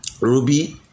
ruby